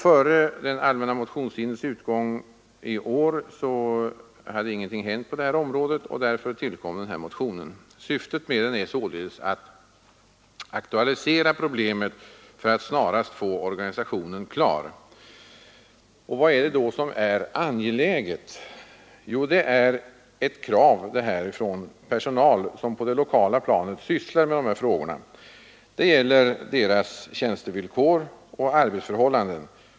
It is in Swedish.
Före den allmänna motionstidens utgång i år hade ingenting hänt på det här området, och därför tillkom motionen. Syftet med den är således att aktualisera problemet för att snarast få organisationen klar. Varför är det då så angeläget att organisationsfrågan löses? Jo, det är ett krav från den personal som på det lokala planet sysslar med de här frågorna. Det gäller dess tjänstevillkor och arbetsförhållanden.